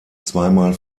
zweimal